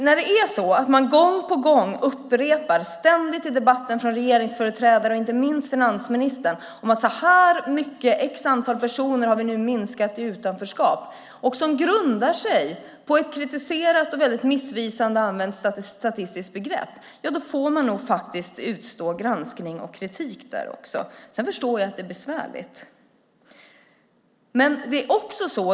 När man gång på gång upprepar i debatten från regeringsföreträdare och inte minst finansministern att med så och så många personer har man minskat utanförskapet och det grundar sig på ett kritiserat och missvisande använt statistiskt begrepp får man utstå granskning och kritik. Men jag förstår att det är besvärligt.